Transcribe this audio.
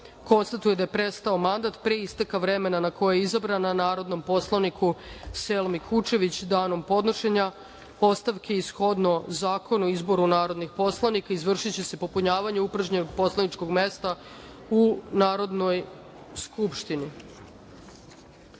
konstatuje da je prestao mandat pre isteka vremena na koji je izabran, narodnom poslaniku Selmi Kučević, danom podnošenja ostavke. Shodno Zakonu o izboru narodnih poslanika, izvršiće se popunjavanje upražnjenog poslaničkog mesta u Narodnoj skupštini. Narodni